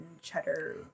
cheddar